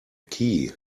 key